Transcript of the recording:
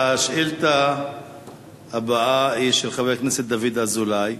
השאילתא הבאה היא של חבר הכנסת דוד אזולאי,